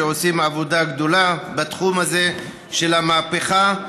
שעושים עבודה גדולה בתחום הזה של המהפכה,